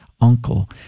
uncle